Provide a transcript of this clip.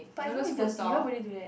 but even if dirty why would you do that